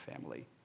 family